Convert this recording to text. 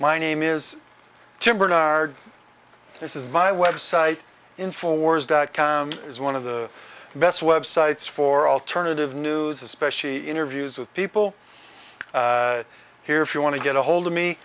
my name is tim bernard this is my website in fours dot com is one of the best websites for alternative news especially interviews with people here if you want to get ahold of me